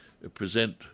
present